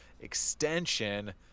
extension